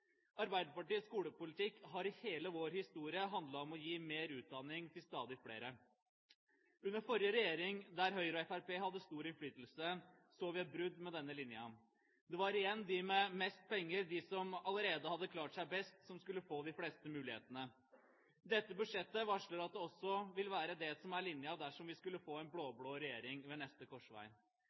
Arbeiderpartiets skolepolitikk har i hele vår historie handlet om å gi mer utdanning til stadig flere. Under forrige regjering, der Høyre og Fremskrittspartiet hadde stor innflytelse, så vi et brudd med denne linja. Det var igjen de med mest penger, de som allerede hadde klart seg best, som skulle få de fleste mulighetene. Dette budsjettet varsler at det også vil være det som er linja dersom vi skulle få en blå-blå regjering ved neste korsvei.